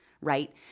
right